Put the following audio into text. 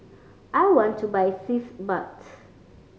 I want to buy Sitz Bath